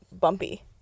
bumpy